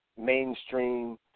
mainstream